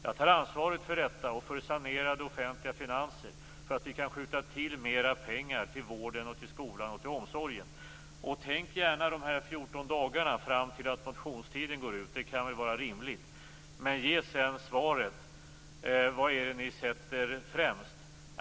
Jag tar ansvaret för detta, och för sanerade offentliga finanser så att vi kan skjuta till mer pengar till vården, skolan och omsorgen. Tänk gärna under de här 14 dagarna fram till dess att motionstiden går ut. Det kan väl vara rimligt. Men ge sedan svaret! Vad är det som ni sätter främst?